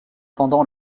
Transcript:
pendant